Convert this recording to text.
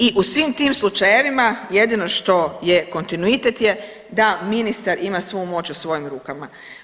I u svim tim slučajevima jedino što je kontinuitet je da ministar ima svu moć u svojim rukama.